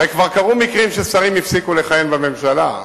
הרי כבר קרו מקרים ששרים הפסיקו לכהן בממשלה.